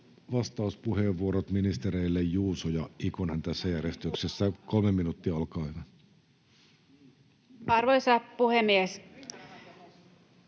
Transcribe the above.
vastauspuheenvuoron ministereille Juuso ja Ikonen, tässä järjestyksessä. Kolme minuuttia, olkaa hyvät. Arvoisa puhemies!